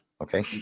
Okay